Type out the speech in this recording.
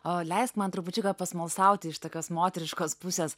o leisk man trupučiuką pasmalsauti iš tokios moteriškos pusės